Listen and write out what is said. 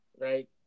right